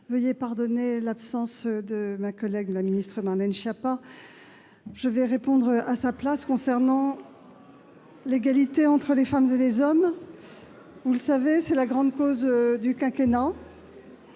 vouloir excuser l'absence de ma collègue Marlène Schiappa. Je vais répondre à sa place sur ce sujet de l'égalité entre les femmes et les hommes. Vous le savez, c'est la grande cause du quinquennat.